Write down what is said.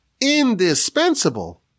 indispensable